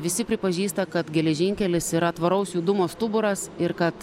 visi pripažįsta kad geležinkelis yra tvaraus judumo stuburas ir kad